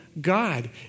God